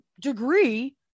degree